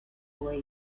boy